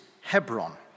Hebron